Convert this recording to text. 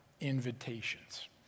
invitations